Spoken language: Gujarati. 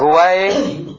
ગોવાએ કે